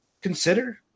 consider